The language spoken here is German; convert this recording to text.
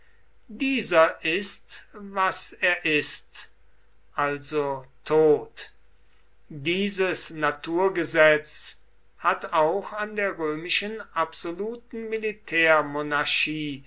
dieser ist was er ist also tot dieses naturgesetz hat auch an der römischen absoluten